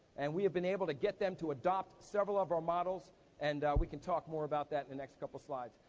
and we have been able to get them to adopt several of our models and we can talk more about that next couple slides.